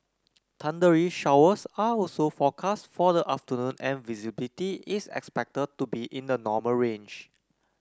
thundery showers are also forecast for the afternoon and visibility is expected to be in the normal range